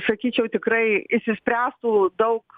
sakyčiau tikrai išsispręstų daug